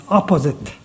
opposite